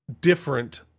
different